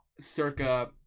circa